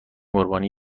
قربانی